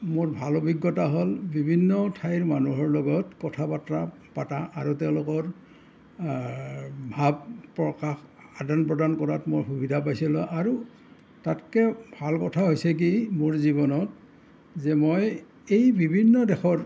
মোৰ ভাল অভিজ্ঞতা হ'ল বিভিন্ন ঠাইৰ মানুহৰ লগত কথা বতৰা পতা আৰু তেওঁলোকৰ ভাৱ প্ৰকাশ আদান প্ৰদান কৰাত মই সুবিধা পাইছিলোঁ আৰু তাতকৈ ভাল কথা হৈছে কি মোৰ জীৱনত যে মই এই বিভিন্ন দেশৰ